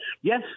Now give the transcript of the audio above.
yes